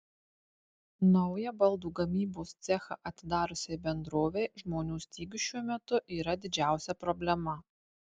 naują baldų gamybos cechą atidariusiai bendrovei žmonių stygius šiuo metu yra didžiausia problema